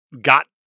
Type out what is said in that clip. got